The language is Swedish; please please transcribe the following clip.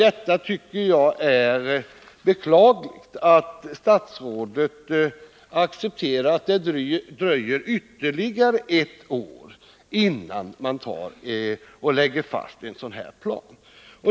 Jag tycker det är beklagligt att statsrådet accepterar att det dröjer ytterligare ett år innan man lägger fram en sådan plan.